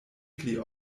pli